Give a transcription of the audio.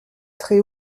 très